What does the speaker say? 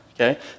okay